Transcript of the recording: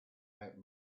out